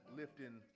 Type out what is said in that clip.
lifting